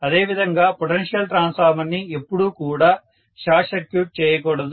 అదే విధంగా potential transformer ని ఎప్పుడు కూడా షార్ట్ సర్క్యూట్ చేయకూడదు